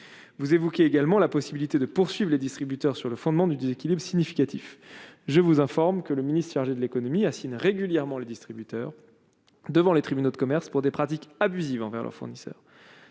vous évoquiez également la possibilité de poursuivre les distributeurs sur le fondement du déséquilibre significatif, je vous informe que le ministre chargé de l'économie assigne régulièrement le distributeur devant les tribunaux de commerce pour des pratiques abusives envers leurs fournisseurs